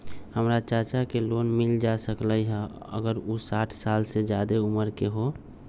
हमर चाचा के लोन मिल जा सकलई ह अगर उ साठ साल से जादे उमर के हों?